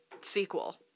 sequel